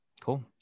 Cool